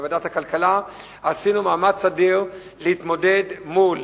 בוועדת הכלכלה עשינו מאמץ אדיר להתמודד מול